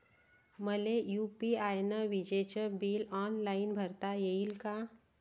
मले यू.पी.आय न विजेचे बिल ऑनलाईन भरता येईन का?